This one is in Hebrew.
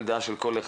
ראשית כל ובסוף כל,